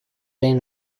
این